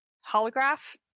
Holograph